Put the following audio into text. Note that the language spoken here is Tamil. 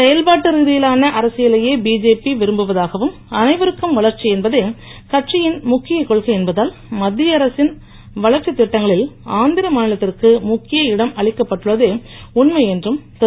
செயல்பாட்டு ரீதியலான அரசியலையே பிஜேபி விரும்புவதாகவும் அனைவருக்கும் வளர்ச்சி என்பதே கட்சியின் முக்கியக் கொள்கை என்பதால் மத்திய அரசின் வளர்ச்சி திட்டங்களுக்கு ஆந்திர மாநிலத்திற்கு முக்கிய இடம் அளிக்கப்பட்டுள்ளதே உண்மை என்று திரு